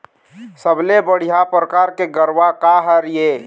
सबले बढ़िया परकार के गरवा का हर ये?